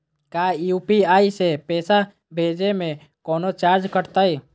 का यू.पी.आई से पैसा भेजे में कौनो चार्ज कटतई?